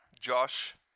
Josh